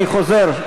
אני חוזר,